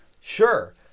Sure